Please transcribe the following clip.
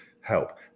help